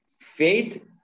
faith